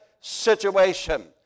situation